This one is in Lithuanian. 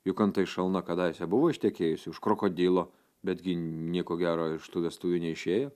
juk antai šalna kadaise buvo ištekėjusi už krokodilo betgi nieko gero iš tų vestuvių neišėjo